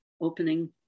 opening